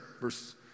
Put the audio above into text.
verse